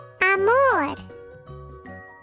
Amor